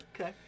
Okay